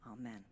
Amen